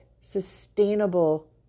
sustainable